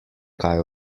kaj